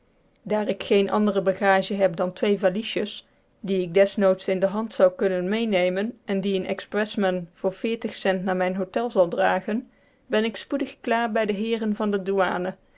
daar ik geene andere bagage heb dan twee valiesjes die ik desnoods in de hand zou kunnen meenemen en die een expressman voor veertig cents naar mijn hotel zal dragen ben ik spoedig klaar bij de heeren van de douane